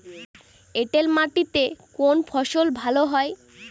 এঁটেল মাটিতে কোন ফসল ভালো হয়?